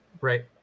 right